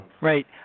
Right